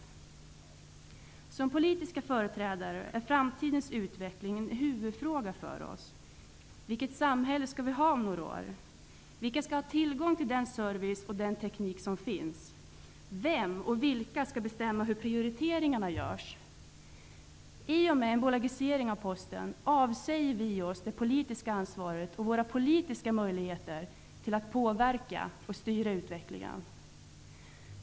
För oss politiska företrädare är framtidens utveckling en huvudfråga. Vilket samhälle skall vi ha om några år? Vilka skall ha tillgång till den service och teknik som finns? Vem och vilka skall bestämma hur prioriteringarna skall göras? I och med en bolagisering av Posten avsäger vi oss det politiska ansvaret och våra politiska möjligheter att påverka och styra utvecklingen.